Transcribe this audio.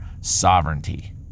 sovereignty